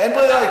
נו, באמת.